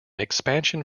expansion